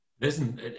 Listen